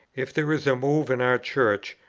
if there is a move in our church,